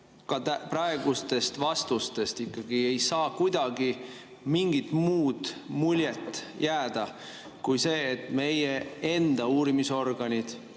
ka praegustest vastustest ei saa kuidagi mingit muud muljet jääda kui see, et meie enda uurimisorganid